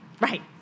Right